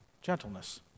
gentleness